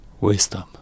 Wisdom